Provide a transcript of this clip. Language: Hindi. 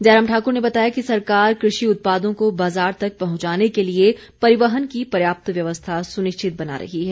जयराम ठाकुर ने बताया कि सरकार कृषि उत्पादों को बाज़ार तक पहुंचाने के लिए परिवहन की पर्याप्त व्यवस्था सुनिश्चित बना रही है